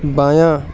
بایاں